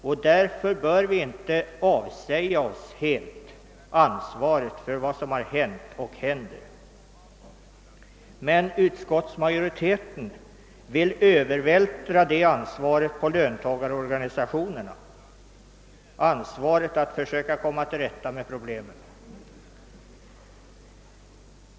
Vi bör därför inte helt avsäga oss ansvaret för vad som hänt och händer. Statsutskottets majoritet vill på löntagarorganisationerna övervältra ansvaret att komma till rätta med problemen på det området.